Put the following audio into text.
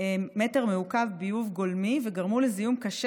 מטר מעוקב של ביוב גולמי וגרמו לזיהום קשה